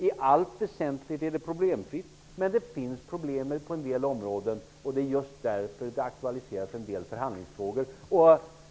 I allt väsentligt är det problemfritt, men det finns problem på en del områden, och det är just därför det aktualiseras en del förhandlingsfrågor.